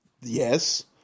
Yes